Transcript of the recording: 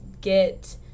get